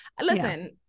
listen